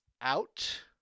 out